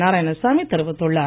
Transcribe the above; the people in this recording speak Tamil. நாராயணசாமி தெரிவித்துள்ளார்